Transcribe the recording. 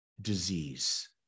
disease